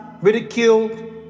ridiculed